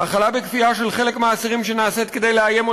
האכלה בכפייה של חלק מהאסירים שנעשית כדי לאיים או